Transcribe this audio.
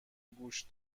گوش